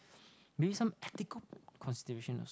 maybe some ethical considerations